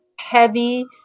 heavy